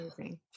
amazing